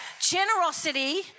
generosity